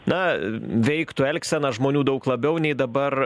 na veiktų elgseną žmonių daug labiau nei dabar